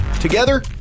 Together